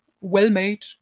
well-made